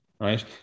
right